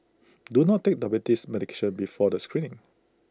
do not take diabetes medication before the screening